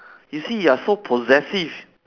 you see you are so possessive